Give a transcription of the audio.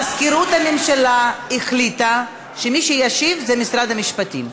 מזכירות הממשלה החליטה שמי שישיב זה משרד המשפטים.